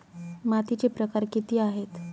मातीचे प्रकार किती आहेत?